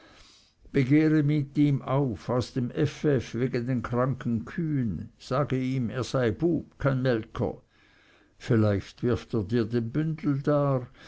begehre mit ihm auf aus dem ff wegen den kranken kühen sage ihm er sei ein bub kein melker vielleicht wirft er dir den bündel dar